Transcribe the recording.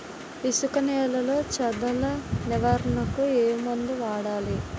ఇసుక నేలలో చదల నివారణకు ఏ మందు వాడాలి?